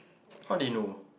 how did he know